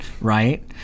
right